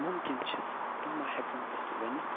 مُمکِن چھِ تِم ما ہٮ۪کن اَسہِ ؤنِتھ